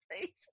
please